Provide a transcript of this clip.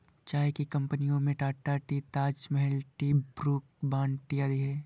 चाय की कंपनियों में Tata tea, Taj Mahal tea, Brooke Bond tea आदि है